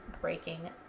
breaking